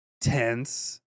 tense